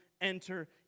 enter